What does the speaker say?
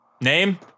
Name